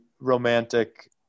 romantic